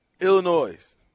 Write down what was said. Illinois